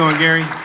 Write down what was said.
ah gary.